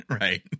Right